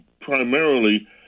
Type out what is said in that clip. primarily